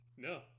No